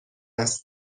است